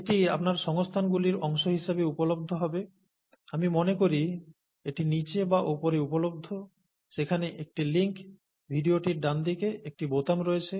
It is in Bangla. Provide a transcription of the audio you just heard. এটি আপনার সংস্থানগুলির অংশ হিসাবে উপলব্ধ হবে আমি মনে করি এটি নীচে বা উপরে উপলব্ধ সেখানে একটি লিঙ্ক ভিডিওটির ডানদিকে একটি বোতাম রয়েছে